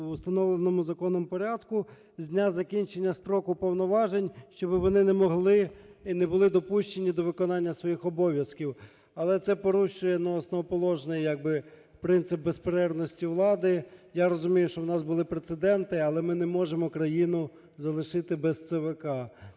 в установленому законом порядку, з дня закінчення строку повноважень, щоб вони не могли і не були допущені до виконання своїх обов'язків. Але це порушує, ну, основоположний як би принцип безперервності влади. Я розумію, що у нас були прецеденти, але ми не можемо країну залишити без ЦВК.